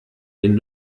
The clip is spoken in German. den